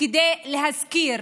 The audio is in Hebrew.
כדי להזכיר